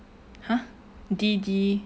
!huh! D_D